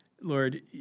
Lord